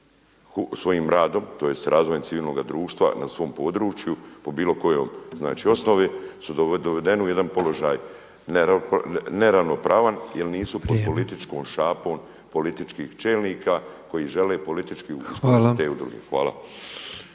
svojim radom, tj. razvojem civilnog društva na svom području po bilo kojoj osnovi su dovedeni u jedan položaj neravnopravan jer nisu pod političkom … /Upadica Petrov: Vrijeme./ … šapom političkih čelnika koji žele politički … te udruge. Hvala.